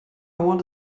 want